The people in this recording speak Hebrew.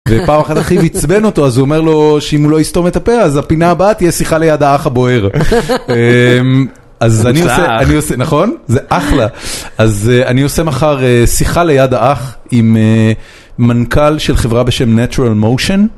ופעם אחת אחיו יצבן אותו, אז הוא אומר לו שאם הוא לא יסתום את הפה אז הפינה הבאת תהיה שיחה ליד האח הבוער. (צחוק) אז אני עושה, נכון? זה אחלה. אז אני עושה מחר שיחה ליד האח עם מנכל של חברה בשם Natural Motion.